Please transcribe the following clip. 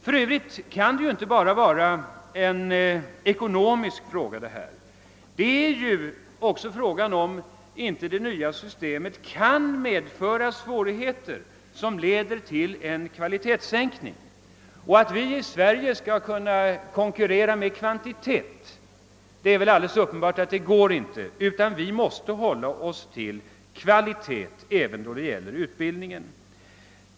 För övrigt kan detta inte bara ses som en ekonomisk fråga. Det är också frågan om inte det nya systemet kan medföra svårigheter som leder till en kvalitetssänkning. Det är väl alldeles uppenbart att vi i Sverige inte kan konkurrera med kvantitet, utan vi måste hålla oss till kvalitet även då det gäller utbildningen.